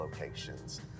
locations